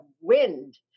wind